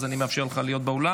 אז אני מאפשר לך להיות באולם,